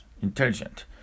intelligent